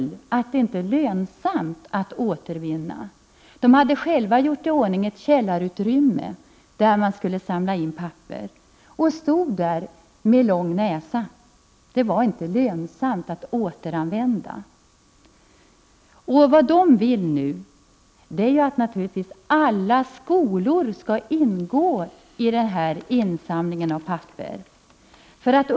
De har fått höra att det inte är lönsamt att återvinna papper. De hade själva gjort i ordning ett källarutrymme, där man skulle samla in papper, och stod där med lång näsa. Det var inte lönsamt med återanvändning! Vad de vill nu är naturligtvis att alla skolor skall delta i insamlingen av papper.